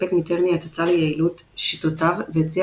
סיפק מיטרני הצצה ליעילות שיטותיו והציע